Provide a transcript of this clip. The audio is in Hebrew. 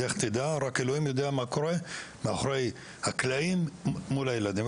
לך תדע רק אלוקים יודע מה קורה מאחורי הקלעים מול הילדים.